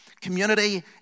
Community